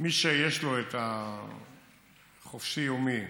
מי שיש לו חופשי יומי,